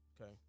Okay